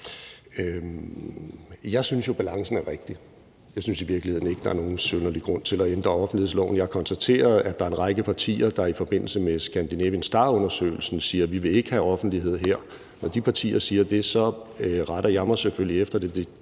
Jeg synes jo, at balancen er rigtig. Jeg synes i virkeligheden ikke, der er nogen særlig grund til at ændre offentlighedsloven. Jeg konstaterede, at der er en række partier, der i forbindelse med »Scandinavian Star«-undersøgelsen siger: Vi vil ikke have offentlighed her. Når de partier siger det, retter jeg mig selvfølgelig efter det,